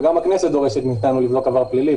וגם הכנסת דורשת מאיתנו לבדוק עבר פלילי,